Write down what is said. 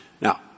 Now